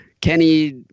Kenny